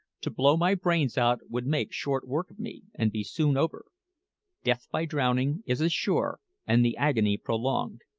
to blow my brains out would make short work of me, and be soon over death by drowning is as sure, and the agony prolonged.